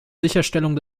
sicherstellung